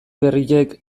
berriek